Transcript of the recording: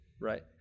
Right